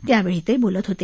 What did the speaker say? त्यावेळी ते बोलत होते